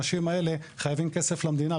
האנשים האלה חייבים כסף למדינה,